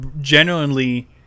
genuinely